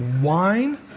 wine